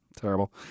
Terrible